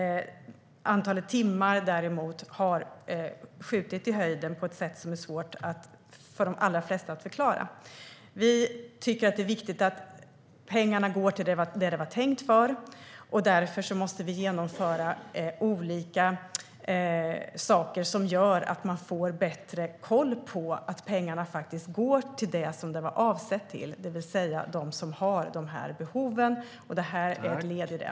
Antalet timmar har däremot skjutit i höjden på ett sätt som är svårt för de allra flesta att förklara. Vi tycker att det är viktigt att pengarna går till det de är tänkta för. Därför måste vi genomföra olika saker som gör att man får bättre koll på att pengarna går till det de är avsedda för, det vill säga till dem som har dessa behov. Detta är ett led i det.